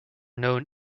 known